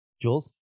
Jules